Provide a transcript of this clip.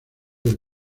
del